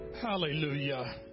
Hallelujah